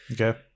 okay